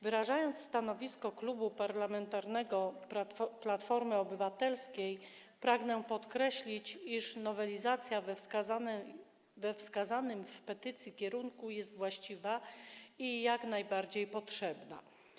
Wyrażając stanowisko Klubu Parlamentarnego Platforma Obywatelska, pragnę podkreślić, iż nowelizacja we wskazanym w petycji kierunku jest właściwa i jak najbardziej potrzebna.